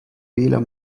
wähler